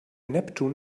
neptun